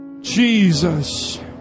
Jesus